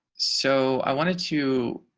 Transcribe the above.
so i wanted to,